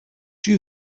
you